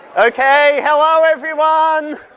okay. hello everyone.